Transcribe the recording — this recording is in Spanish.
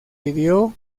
pidió